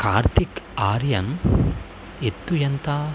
కార్తిక్ ఆర్యన్ ఎత్తు ఎంత